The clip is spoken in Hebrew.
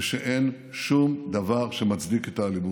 ושאין שום דבר שמצדיק את האלימות.